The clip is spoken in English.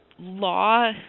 law